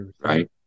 Right